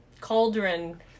cauldron